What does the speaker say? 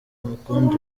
amukunda